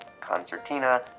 concertina